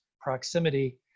proximity